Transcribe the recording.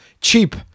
cheap